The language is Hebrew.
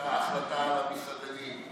הייתה החלטה על המסעדנים,